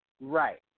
Right